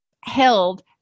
held